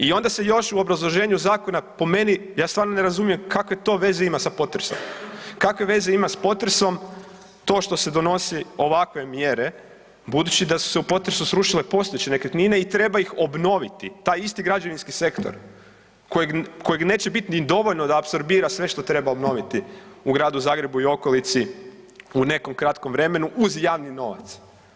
I onda se još u obrazloženju zakona po meni, ja stvarno ne razumijem kakve to veze ima sa potresom, kakve veze ima s potresom to što se donosi ovakve mjere budući da su se u potresu srušile postojeće nekretnine i treba ih obnoviti, taj isti građevinski sektor kojeg neće biti ni dovoljno da apsorbira sve što treba obnoviti u Gradu Zagrebu u okolici u nekom kratkom vremenu uz javni novac.